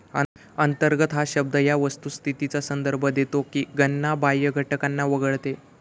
अंतर्गत हा शब्द या वस्तुस्थितीचा संदर्भ देतो की गणना बाह्य घटकांना वगळते